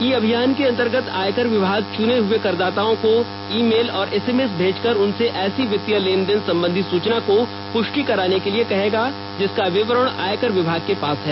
ई अभियान के अंतर्गत आयकर विभाग चुने हुए करदाताओं को ई मेल और एसएमएस मेजकर उनसे ऐसी वित्तीय लेन देन संबंधी सूचना को पुष्टि कराने के लिए कहेगा जिसका विवरण आयकर विभाग के पास है